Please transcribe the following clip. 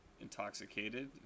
intoxicated